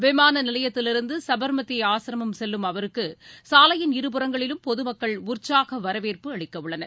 விமான நிலையத்திலிருந்து சபா்மதி ஆசிரமம் செல்லும் அவா்களுக்கு சாலையின் இருபுறங்களிலும் பொதுமக்கள் உற்சாக வரவேற்பு அளிக்க உள்ளனர்